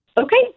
Okay